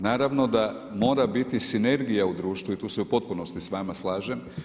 Naravno, da mora biti sinergija u društvu i tu se u potpunosti s vama slažem.